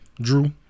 Drew